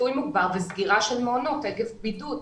חיטוי מוגבר וסגירה של מעונות עקב בידוד.